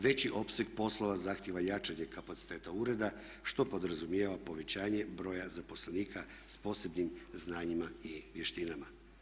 Veći opseg poslova zahtjeva jačanje kapaciteta ureda što podrazumijeva povećanje broja zaposlenika s posebnim znanjima i vještinama.